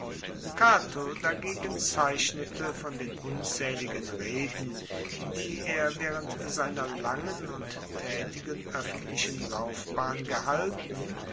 cato dagegen zeichnete von den unzaehligen reden die er waehrend seiner langen und taetigen oeffentlichen laufbahn gehalten